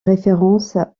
référence